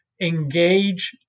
engage